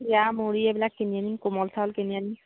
চিৰা মুড়ি এইবিলাক কিনি আনিম কোমল চাউল কিনি আনিম